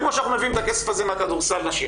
כמו שאנחנו מביאים את הכסף הזה מכדורסל נשים.